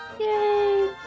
Yay